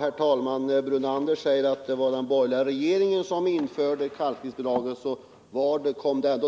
Herr talman! När Lennart Brunander säger att det var den borgerliga regeringen som införde kalkningsbidragen vill jag framhålla att